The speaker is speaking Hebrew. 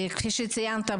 כפי שציינת,